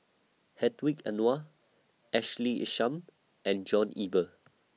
Hedwig Anuar Ashley Isham and John Eber